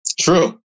True